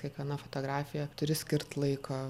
kiekviena fotografija turi skirt laiko